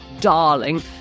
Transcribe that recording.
darling